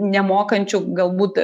nemokančių galbūt